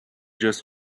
just